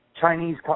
Chinese